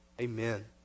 Amen